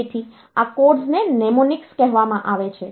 તેથી આ કોડ્સને નેમોનિક્સ કહેવામાં આવે છે